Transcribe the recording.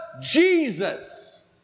Jesus